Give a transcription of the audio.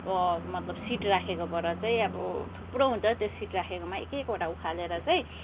मतलब सिड राखेको बाट चाहिँ अब थुप्रो हुन्छ त्यो सिड राखेकोमा एक एकवटा उखालेर चाहिँ